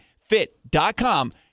fit.com